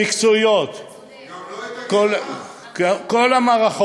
כי היה צריך,